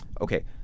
okay